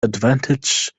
advantage